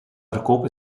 verkoop